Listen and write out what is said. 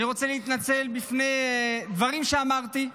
אני רוצה להתנצל על דברים שאמרתי,